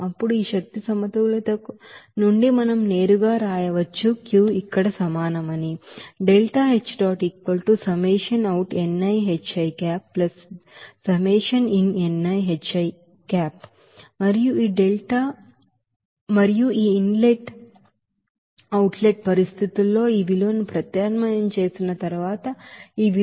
ఇప్పుడు ఈ energy balance నుండి మనం నేరుగా వ్రాయవచ్చు Q ఇక్కడ సమానం అని మరియు ఈ ఇన్లెట్ మరియు అవుట్ లెట్ పరిస్థితుల్లో ఈ విలువను ప్రత్యామ్నాయం చేసిన తరువాత ఈ విలువను చివరకు 2